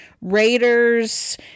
Raiders